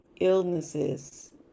illnesses